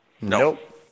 Nope